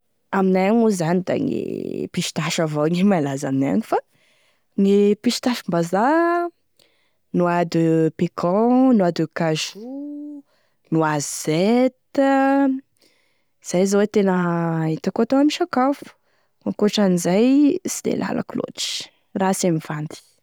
Aminay agny moa zany da gne pistache avao e tena malaza aminay agny fa, gne pistaches-mbazaha: noix de pécan, noix de cajoux, noisettes, zay zao e tena hitako ame sakafo, ankoatran'izay sy de lalako loatry, rasy e mivandy.